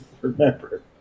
Remember